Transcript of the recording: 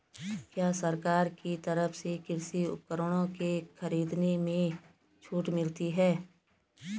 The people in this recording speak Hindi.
क्या सरकार की तरफ से कृषि उपकरणों के खरीदने में छूट मिलती है?